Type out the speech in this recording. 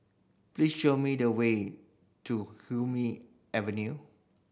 please show me the way to Hume Avenue